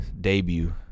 Debut